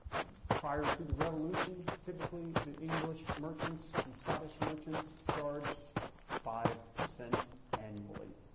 prior to the revolution, typically the english merchants and scottish merchants charged five percent annually,